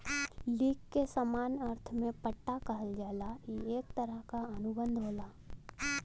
lease के सामान्य अर्थ में पट्टा कहल जाला ई एक तरह क अनुबंध होला